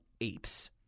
apes